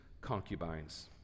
concubines